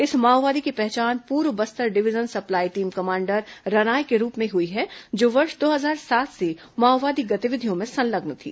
इस माओवादी की पहचान पूर्व Bastar division supply team commander रनाय के रूप में हुई है जो वर्ष दो हजार सात से माओवादी गतिविधियों में संलग्न थी